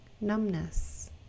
numbness